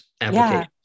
applications